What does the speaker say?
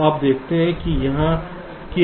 तो आप देखते हैं कि हमने यहां क्या किया है